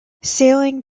sailing